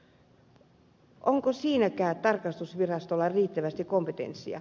no onko siinäkään tarkastusvirastolla riittävästi kompetenssia